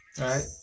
right